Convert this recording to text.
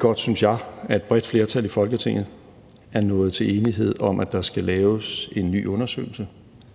godt, synes jeg – at et bredt flertal i Folketinget er nået til enighed om, at der skal laves en ny undersøgelse,